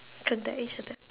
contact each other